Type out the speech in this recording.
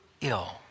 ill